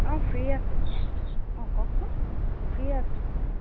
অঁ ফ্ৰী আছোঁ অঁ কওকচোন ফ্ৰী আছোঁ